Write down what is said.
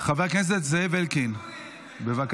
חבר הכנסת זאב אלקין, בבקשה.